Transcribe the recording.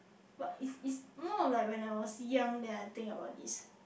but if if more like when I was young than I think about this